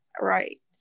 right